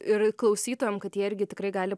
ir klausytojam kad jie irgi tikrai gali